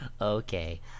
Okay